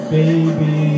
baby